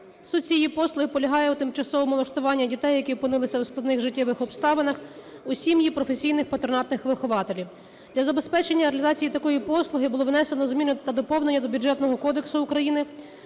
Суть цієї послуги полягає в тимчасовому влаштуванні дітей, які опинилися в складних життєвих обставинах, у сім'ях професійних патронатних вихователів. Для забезпечення реалізації такої послуги було внесено зміни та доповнення до Бюджетного кодексу України,